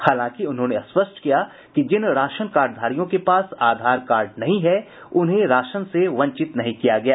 हालांकि उन्होंने स्पष्ट किया कि जिन राशन कार्डधारियों के पास आधार कार्ड नहीं है उन्हें राशन से वंचित नहीं किया गया है